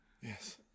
yes